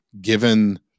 given